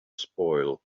spoil